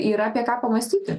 yra apie ką pamąstyti